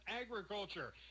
agriculture